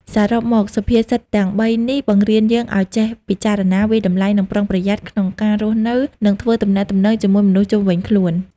សរុបមក សុភាសិតទាំងបីនេះបង្រៀនយើងឱ្យចេះ ពិចារណា វាយតម្លៃ និង ប្រុងប្រយ័ត្ន ក្នុងការរស់នៅ និងធ្វើទំនាក់ទំនងជាមួយមនុស្សជុំវិញខ្លួន។